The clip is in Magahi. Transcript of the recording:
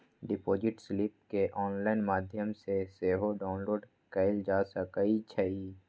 डिपॉजिट स्लिप केंऑनलाइन माध्यम से सेहो डाउनलोड कएल जा सकइ छइ